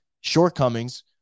shortcomings